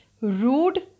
rude